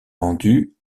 vendue